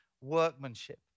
workmanship